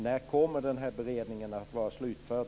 När kommer beredningen att vara slutförd?